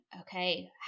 okay